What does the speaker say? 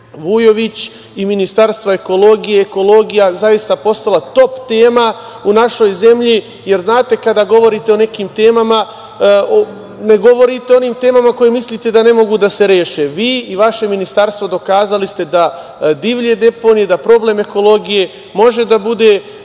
Vujović i Ministarstva ekologije, ekologija zaista postala top tema u našoj zemlji. Jer, znate, kada govorite o nekim temama, ne govorite o onim temama za koje mislite da ne mogu da se reše. Vi i vaše ministarstvo dokazali ste da divlje deponije, da problem ekologije, može da bude